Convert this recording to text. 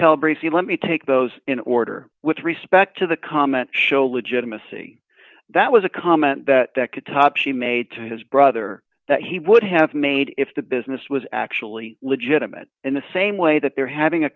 bracy let me take those in order with respect to the comment show legitimacy that was a comment that that could top she made to his brother that he would have made if the business was actually legitimate in the same way that they're having a